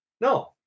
No